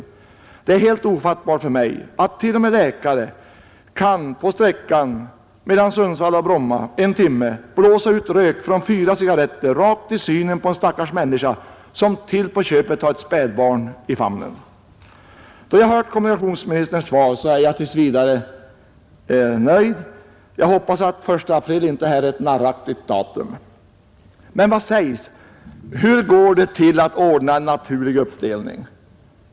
För mig är det helt ofattbart att t.o.m. läkare kan på sträckan Sundsvall-Bromma under en timme blåsa ut rök från fyra cigarretter rakt i synen på en stackars människa som till på köpet har ett spädbarn i famnen. Efter att ha hört kommunikationsministerns svar är jag tills vidare nöjd. Jag hoppas dock att den 1 april här inte är ett narraktigt datum. Men vad sägs; hur går det till att ordna en ”naturlig” uppdelning?